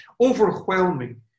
overwhelming